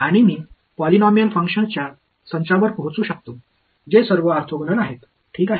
आणि मी पॉलिनॉमियल फंक्शन्सच्या संचावर पोहोचू शकतो जे सर्व ऑर्थोगोनल आहेत ठीक आहे